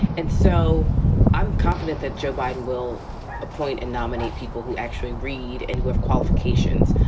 and so i'm confident that joe biden will appoint and nominate people who actually read and who have qualifications,